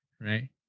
right